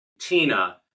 Tina